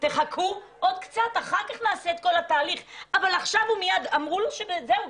חכו עוד קצת ואחר כך נעשה את כל התהליך אבל לאותו אדם אמרו שזהו,